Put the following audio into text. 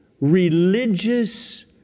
religious